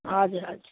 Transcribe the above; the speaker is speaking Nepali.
हजुर हजुर